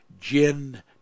Jin